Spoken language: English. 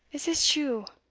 is this you?